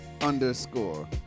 Underscore